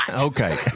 Okay